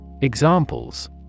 Examples